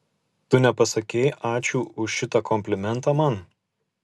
tu nepasakei ačiū už šitą komplimentą man